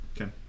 Okay